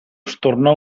stornò